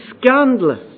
scandalous